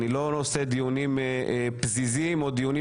אני לא עושה דיונים פזיזים או דיונים